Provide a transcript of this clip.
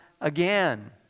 again